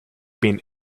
been